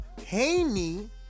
Haney